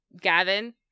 Gavin